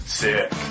sick